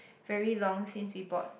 very long since we bought